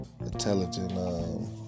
intelligent